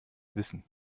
wissen